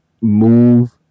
move